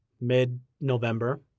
mid-November